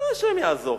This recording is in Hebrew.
השם יעזור,